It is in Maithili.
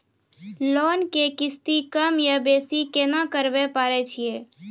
लोन के किस्ती कम या बेसी केना करबै पारे छियै?